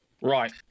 Right